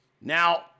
Now